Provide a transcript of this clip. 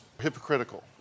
hypocritical